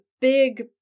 big